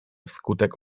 wskutek